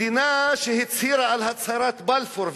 מדינה שהצהירה את הצהרת בלפור,